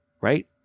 right